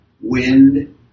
wind